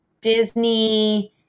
Disney